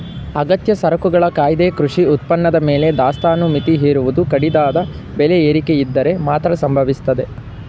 ಅಗತ್ಯ ಸರಕುಗಳ ಕಾಯ್ದೆ ಕೃಷಿ ಉತ್ಪನ್ನದ ಮೇಲೆ ದಾಸ್ತಾನು ಮಿತಿ ಹೇರುವುದು ಕಡಿದಾದ ಬೆಲೆ ಏರಿಕೆಯಿದ್ದರೆ ಮಾತ್ರ ಸಂಭವಿಸ್ತದೆ